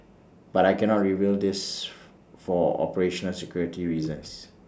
but I cannot reveal this for operational security reasons